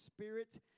spirit